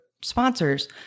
sponsors